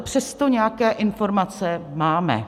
Přesto ale nějaké informace máme.